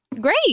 great